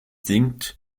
sinkt